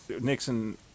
Nixon